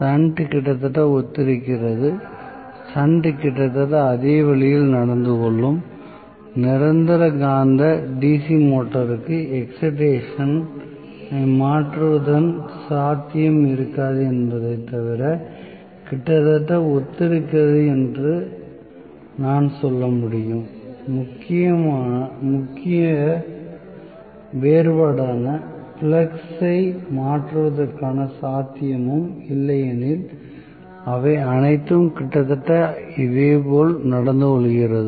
shunt கிட்டத்தட்ட ஒத்திருக்கிறது shunt கிட்டத்தட்ட அதே வழியில் நடந்துகொள்ளும் நிரந்தர காந்த DC மோட்டரும் எக்ஸிட்டேஷன் ஐ மாற்றுவதற்கான சாத்தியம் இருக்காது என்பதைத் தவிர கிட்டத்தட்ட ஒத்திருக்கிறது என்று நான் சொல்ல முடியும் முக்கிய வேறுபாடான ஃப்ளக்ஸ் ஐ மாற்றுவதற்கான சாத்தியமும் இல்லையெனில் அவை அனைத்தும் கிட்டத்தட்ட இதேபோல் நடந்துகொள்கிறது